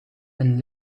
een